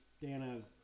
Dana's